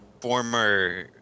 former